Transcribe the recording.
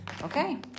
Okay